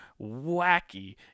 wacky